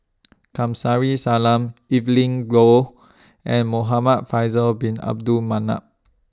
Kamsari Salam Evelyn glow and Muhamad Faisal Bin Abdul Manap